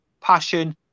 passion